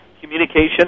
communication